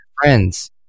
friends